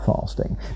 fasting